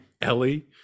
ellie